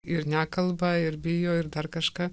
ir nekalba ir bijo ir dar kažką